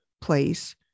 place